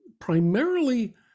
primarily